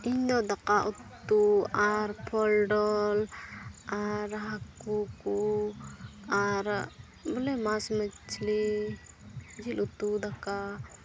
ᱤᱧᱫᱚ ᱫᱟᱠᱟ ᱩᱛᱩ ᱟᱨ ᱯᱷᱚᱞ ᱰᱚᱞ ᱟᱨ ᱦᱟᱹᱠᱩ ᱠᱚ ᱟᱨ ᱵᱚᱞᱮ ᱢᱟᱪᱷ ᱢᱟᱪᱷᱞᱤ ᱡᱤᱞ ᱩᱛᱩ ᱫᱟᱠᱟ